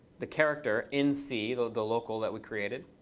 the character in c, the the local that we created.